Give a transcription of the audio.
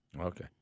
Okay